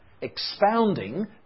expounding